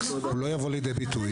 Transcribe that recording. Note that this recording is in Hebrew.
הוא לא יבוא לידי ביטוי.